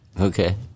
Okay